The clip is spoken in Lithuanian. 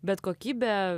bet kokybė